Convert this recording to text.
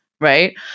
right